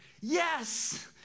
Yes